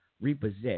repossess